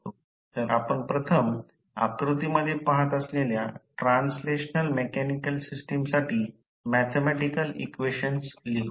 तर आपण प्रथम आकृतीमध्ये पहात असलेल्या ट्रान्सलेशनल मेकॅनिकल सिस्टमसाठी मॅथॅमॅटिकल इक्वेशन लिहू